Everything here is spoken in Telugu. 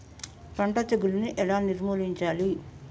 పంట తెగులుని ఎలా నిర్మూలించాలి?